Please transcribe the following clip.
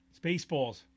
Spaceballs